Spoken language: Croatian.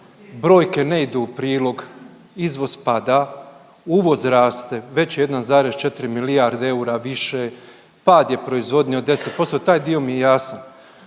Brojke ne idu u prilog, izvoz pada, uvoz raste, već je 1,4 milijarde eura više, pad je proizvodnje od 10%, taj dio mi je jasan,